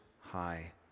High